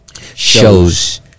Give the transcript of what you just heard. shows